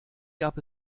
gab